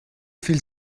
viel